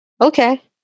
Okay